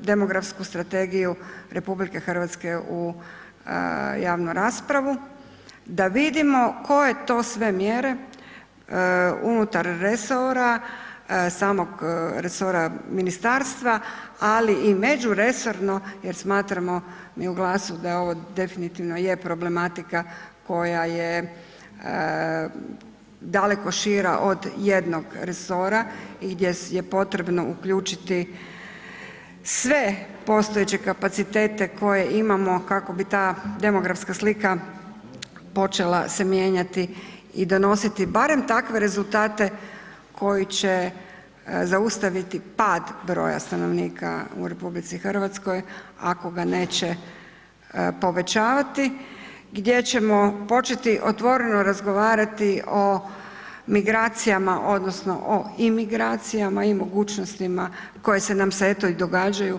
demografsku strategiju RH u javnu raspravu, da vidimo koje to sve mjere unutar resora samog resora ministarstva ali i međuresorno jer smatramo mi u GLAS-u da je ovo definitivno je problematika koja je daleko šira od jednog resora i gdje je potrebno uključiti sve postojeće kapacitete koje imamo kako bi ta demografska slika počela se mijenjati i donositi barem takve rezultate koji će zaustaviti pad broja stanovnika u RH ako ga neće povećavati gdje ćemo početi otvoreno razgovarati o migracijama odnosno o imigracijama i mogućnostima koje nam se eto i događaju.